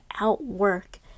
outwork